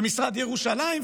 ומשרד ירושלים,